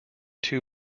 two